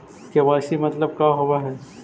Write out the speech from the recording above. KYC मतलब का होव हइ?